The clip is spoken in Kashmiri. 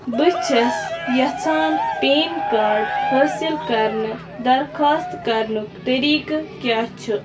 بہٕ چھَس یژھان پین کارڈ حٲصِل کرنہٕ درخواستہٕ کرنُک طریٖقہٕ کیٛاہ چھُ